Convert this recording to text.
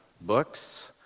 books